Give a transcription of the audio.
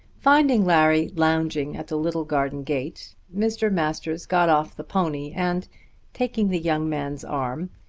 finding larry lounging at the little garden gate mr. masters got off the pony and taking the young man's arm,